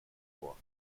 vor